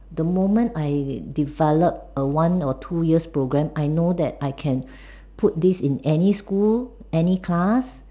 the moment I develop a one or two years programme I know that I can put this in any school any class